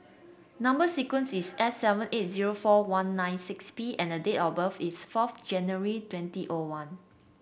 number sequence is S seven eight zero four one nine six P and date of birth is fourth January twenty O one